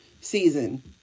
season